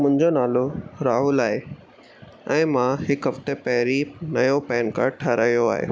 मुंहिंजो नालो राहुल आहे ऐं मां हिकु हफ़्ते पहिरीं नयो पैन काड ठाहिरायो आहे